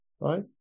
right